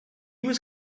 was